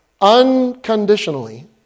unconditionally